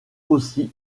aussi